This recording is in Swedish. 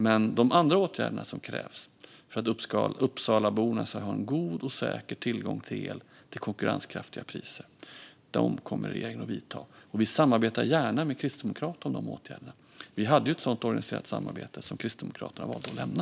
Men de andra åtgärder som krävs för att Uppsalaborna ska ha en god och säker tillgång till el till konkurrenskraftiga priser kommer regeringen att vidta, och vi samarbetar gärna med Kristdemokraterna om dessa åtgärder. Vi hade ett sådant organiserat samarbete, som Kristdemokraterna valde att lämna.